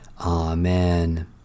Amen